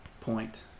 point